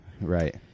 right